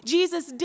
Jesus